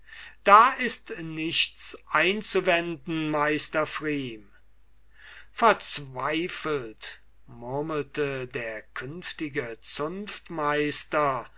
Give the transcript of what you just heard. da ist nichts einzuwenden meister pfrieme verzweifelt murmelte der künftige